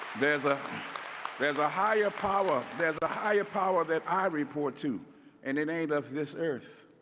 there's ah there's a higher power, there's a higher power that i report to and it ain't of this earth.